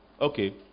Okay